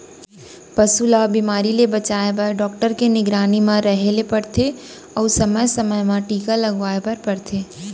पसू ल बेमारी ले बचाए बर डॉक्टर के निगरानी म रहें ल परथे अउ समे समे म टीका लगवाए बर परथे